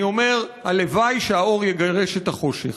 אני אומר: הלוואי שהאור יגרש את החושך.